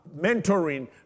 mentoring